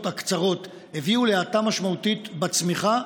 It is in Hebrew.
הקצרות הביאו להאטה משמעותית בצמיחה,